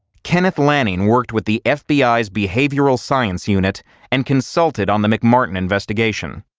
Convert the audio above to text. kenneth lanning worked with the fbi's behavioral science unit and consulted on the mcmartin investigation.